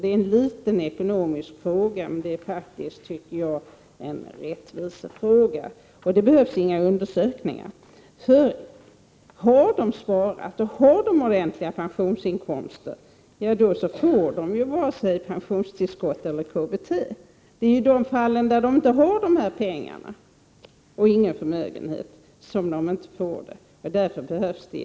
Det är en liten ekonomisk fråga, men det är en rättvisefråga. Det behövs inga undersökningar. De som har sparat och som har ordentliga pensionsinkomster får inte vare sig pensionstillskott eller KBT, men detta handlar om dem som inte har pengar eller förmögenhet och som inte får pensionstillskott eller KBT.